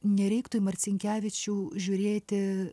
nereiktų į marcinkevičių žiūrėti